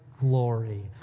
glory